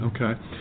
Okay